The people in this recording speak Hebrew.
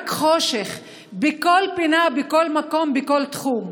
רק חושך בכל פינה, בכל מקום, בכל תחום.